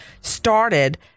started